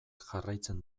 jarraitzen